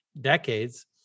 decades